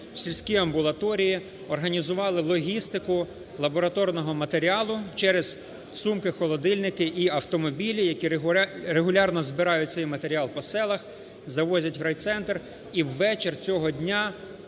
сільські амбулаторії організували логістику лабораторного матеріалу через сумки-холодильники і автомобілі, які регулярно збирають цей матеріал по селах, завозять в райцентр і ввечері цього дня